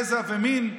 גזע ומין.